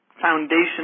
foundation